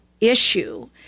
issue